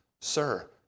Sir